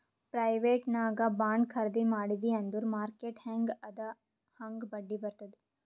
private ನಾಗ್ bond ಖರ್ದಿ ಮಾಡಿದಿ ಅಂದುರ್ ಮಾರ್ಕೆಟ್ ಹ್ಯಾಂಗ್ ಅದಾ ಹಾಂಗ್ ಬಡ್ಡಿ ಬರ್ತುದ್